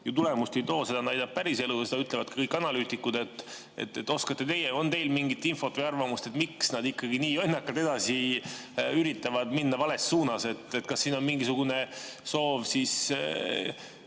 ju tulemust ei too? Seda näitab päris elu ja seda ütlevad ka kõik analüütikud. Oskate teie öelda, on teil mingit infot või arvamust, miks nad ikkagi nii jonnakalt üritavad minna vales suunas? Kas siin on mingisugune soov Eesti